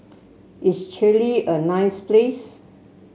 is Chile a nice place